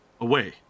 away